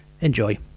Enjoy